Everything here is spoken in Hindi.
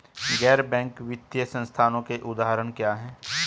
गैर बैंक वित्तीय संस्थानों के उदाहरण क्या हैं?